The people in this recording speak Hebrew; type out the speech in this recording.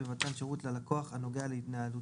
נצטרך עכשיו לרדוף